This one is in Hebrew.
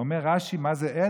אומר רש"י: מה זה עץ?